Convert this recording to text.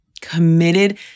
committed